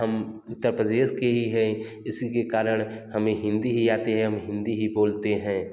हम उत्तर प्रदेश के ही हैं इसी के कारण हमें हिंदी ही आते है हम हिंदी ही बोलते हैं